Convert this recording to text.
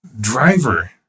driver